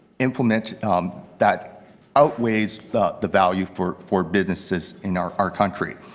implement that outweighs the the value for for businesses in our our country.